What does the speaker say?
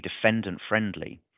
defendant-friendly